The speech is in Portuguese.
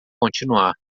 continuar